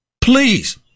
please